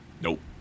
nope